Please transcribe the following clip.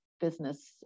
business